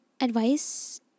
advice